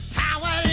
power